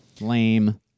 Lame